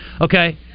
Okay